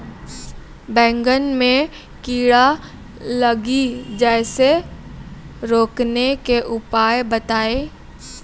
बैंगन मे कीड़ा लागि जैसे रोकने के उपाय बताइए?